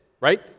right